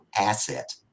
asset